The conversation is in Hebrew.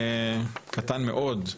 קטן מאוד,